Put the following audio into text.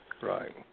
Right